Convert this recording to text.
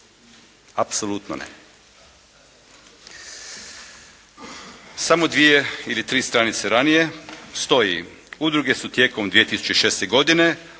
Apsolutno ne.